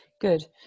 good